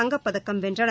தங்கப்பதக்கம் வென்றனர்